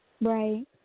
Right